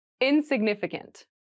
Insignificant